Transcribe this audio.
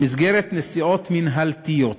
במסגרת נסיעות מינהלתיות.